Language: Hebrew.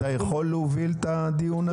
אתה יכול להוביל את הדיון הזה?